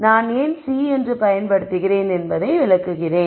நான் ஏன் C என்று பயன்படுத்துகிறேன் என்பதை விளக்குகிறேன்